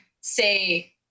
say